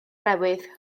newydd